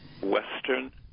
Western